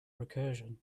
recursion